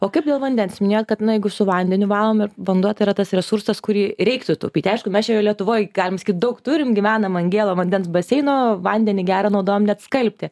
o kaip dėl vandens minėjot kad na jeigu su vandeniu valom ir vanduo tai yra tas resursas kurį reiktų taupyti aišku mes čia jo lietuvoj galim sakyt daug turim gyvenam ant gėlo vandens baseino vandenį gerą naudojam net skalbti